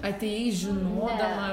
atėjai žinodama